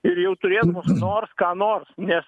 ir jau turėdamas nors ką nors nes